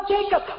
Jacob